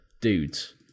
dudes